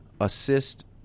assist